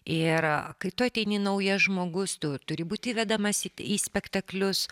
ir kai tu ateini naujas žmogus tu turi būti įvedamas į spektaklius